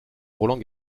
roland